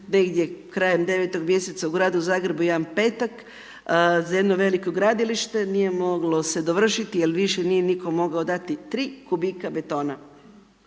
negdje krajem devetog mjeseca, u Gradu Zagrebu, jedan petak, za jedno veliko gradilište nije moglo se dovršiti, jer više nije nitko mogao dati 3 kubika betona.